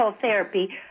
therapy